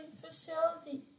facility